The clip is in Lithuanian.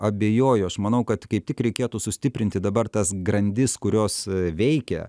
abejoju aš manau kad kaip tik reikėtų sustiprinti dabar tas grandis kurios veikia